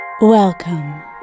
Welcome